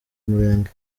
murenge